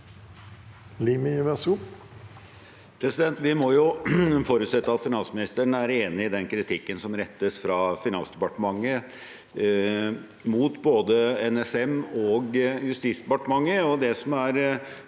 Vi må jo forut- sette at finansministeren er enig i den kritikken som rettes fra Finansdepartementet mot både NSM og Justis-